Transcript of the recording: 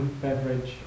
beverage